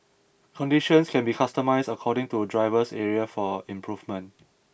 conditions can be customised according to driver's area for improvement